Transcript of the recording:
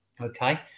Okay